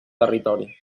territori